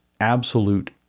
absolute